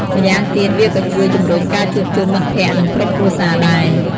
ម៉្យាងទៀតវាក៏ជួយជំរុញការជួបជុំមិត្តភក្តិ និងក្រុមគ្រួសារដែរ។